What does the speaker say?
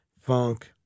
funk